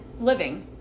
living